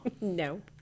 No